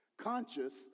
conscious